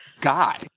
Guy